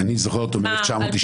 אני זוכר אותו מ-1992.